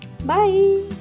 bye